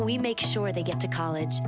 make sure they get to college